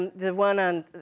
and the one on,